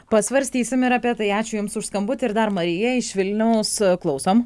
pasvarstysim ir apie tai ačiū jums už skambutį ir dar marija iš vilniaus klausom